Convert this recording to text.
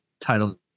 title